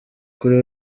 kuri